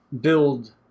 build